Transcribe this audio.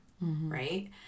right